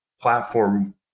platform